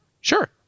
sure